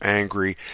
angry